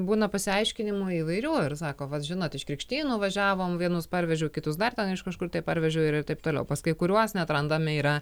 būna pasiaiškinimų įvairių ir sako vat žinot iš krikštynų važiavom vienus parvežiau kitus dar ten iš kažkur tai parvežiau ir taip toliau pas kai kuriuos net randami yra